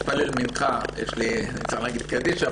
אני צריך להתפלל מנחה ולומר קדיש,